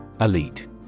Elite